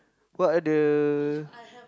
what are the